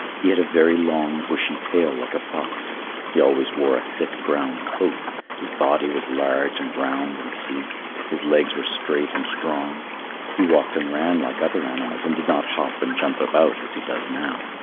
he had a very long bushy tail like a fox he always wore a thick brown coat his body was large and round and sleek his legs were straight and strong he walked and ran like other animals and did not hop and jump about as he does now.